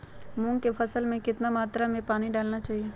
मूंग की फसल में कितना मात्रा में पानी डालना चाहिए?